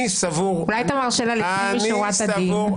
אולי אתה מרשה לה לפנים משורת הדין?